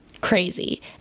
crazy